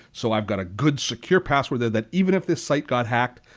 so i've got a good, secure password that even if this site got hacked,